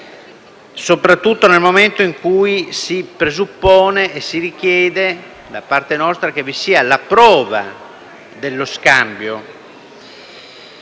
soprattutto nel momento in cui si presuppone e si richiede da parte nostra che vi sia la prova dello scambio,